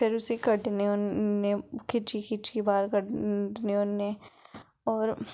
फिर उसी कड्ढने होने खिच्ची खिच्चियै बाह्र कड्ढने होने होर